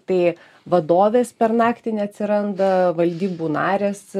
tai vadovės per naktį neatsiranda valdybų narės